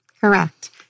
Correct